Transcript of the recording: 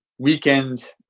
Weekend